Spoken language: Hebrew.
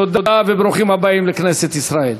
תודה וברוכים הבאים לכנסת ישראל.